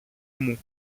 μου